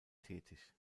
tätig